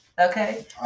okay